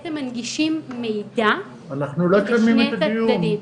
בעצם מנגישים מידע בצורה הדדית, משני הצדדים.